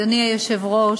אדוני היושב-ראש,